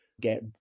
get